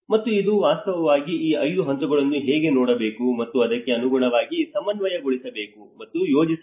ಮತ್ತು ಇದು ವಾಸ್ತವವಾಗಿ ಈ 5 ಹಂತಗಳನ್ನು ಹೇಗೆ ನೋಡಬೇಕು ಮತ್ತು ಅದಕ್ಕೆ ಅನುಗುಣವಾಗಿ ಸಮನ್ವಯಗೊಳಿಸಬೇಕು ಮತ್ತು ಯೋಜಿಸಬೇಕು